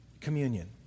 communion